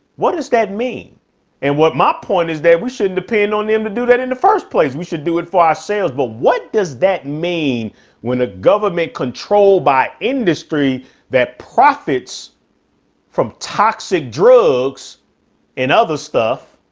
what does that mean and what my point is that we shouldn't depend on them to do that in the first place. we should do it for our sales, but what does that mean when a government control by industry that profits from toxic drugs and other stuff